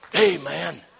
Amen